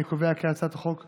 אני קובע כי הצעת החוק עברה,